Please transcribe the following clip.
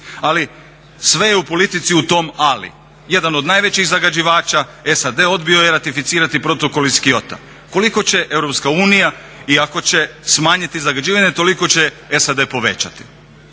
Ali sve je u politici u tom ali. Jedan od najvećih zagađivača SAD odbio je ratificirati Protokol iz Kyota. Koliko će EU i ako će smanjiti zagađivanje toliko će SAD povećati.